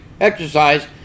exercise